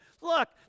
Look